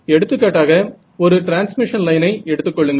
எடுத்துக்காட்டாக ஒரு டிரான்ஸ்மிஷன் லைனை எடுத்துக்கொள்ளுங்கள்